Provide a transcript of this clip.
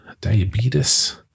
diabetes